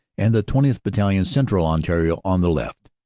and the twentieth. battalion, central ontario, on the left.